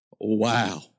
Wow